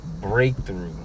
breakthrough